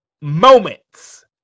moments